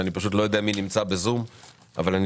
אני פשוט לא יודע מי נמצא בזום אבל אני